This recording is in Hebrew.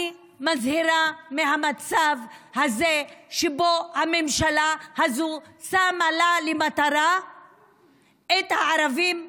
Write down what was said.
אני מזהירה מהמצב הזה שבו הממשלה הזו שמה לה למטרה את הערבים בנגב.